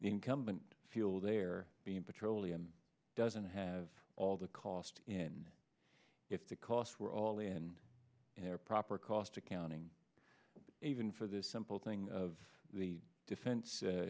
incumbent fuel they're being petroleum doesn't have all the cost in if the costs were all in their proper cost accounting even for the simple thing of the defense